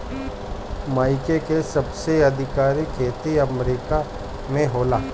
मकई के सबसे अधिका खेती अमेरिका में होला